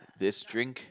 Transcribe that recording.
this drink